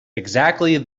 exactly